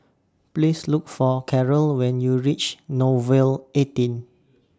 Please Look For Karel when YOU REACH Nouvel eighteen